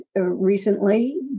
recently